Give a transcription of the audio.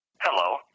Hello